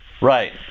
right